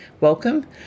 welcome